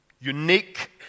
unique